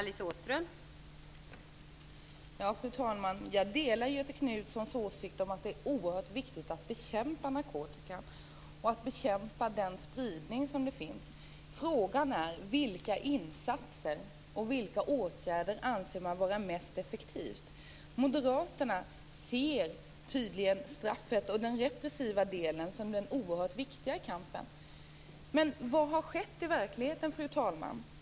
Fru talman! Jag delar Göthe Knutsons åsikt om att det är oerhört viktigt att bekämpa narkotikan och att bekämpa den spridning som finns. Frågan är vilka insatser och vilka åtgärder man anser vara mest effektiva. Moderaterna ser tydligen straffet och den repressiva delen som det oerhört viktiga i kampen. Men vad har skett i verkligheten, fru talman?